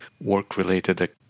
work-related